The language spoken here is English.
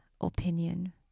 opinion